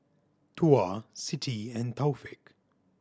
Tuah Siti and Taufik